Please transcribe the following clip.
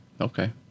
Okay